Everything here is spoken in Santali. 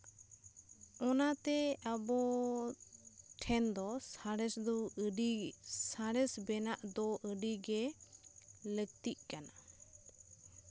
ᱚᱱᱟᱛᱮ ᱟᱵᱚ ᱴᱷᱮᱱ ᱫᱚ ᱥᱟᱬᱮᱥ ᱫᱚ ᱟᱹᱰᱤ ᱥᱟᱬᱮᱥ ᱵᱮᱱᱟᱜ ᱫᱚ ᱟᱹᱰᱤᱜᱮ ᱞᱟᱹᱠᱛᱤᱜ ᱠᱟᱱᱟ